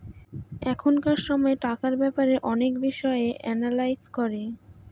এখনকার সময় টাকার ব্যাপারে অনেক বিষয় এনালাইজ করে